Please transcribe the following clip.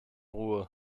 ruhe